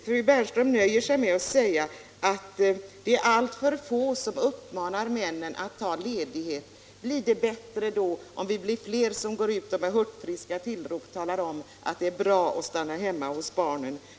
Fru Bernström nöjer sig med att säga att det är alltför få som uppmanar männen att ta ledigt. Blir det bättre om vi blir flera som med hurtfriska tillrop går ut och talar om att det är bra att stanna hemma hos barnen?